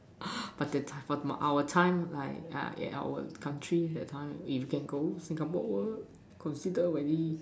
but the our time my yeah our country that time if can go Singapore considered really